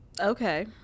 Okay